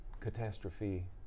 catastrophe